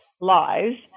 lives